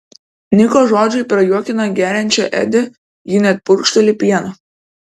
niko žodžiai prajuokina geriančią edi ji net purkšteli pienu